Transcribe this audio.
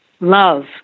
love